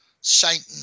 Satan